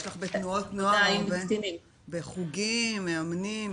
יש הרבה בתנועות נוער, בחוגים, מאמנים.